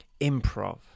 Improv